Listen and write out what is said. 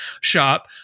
shop